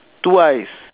two eyes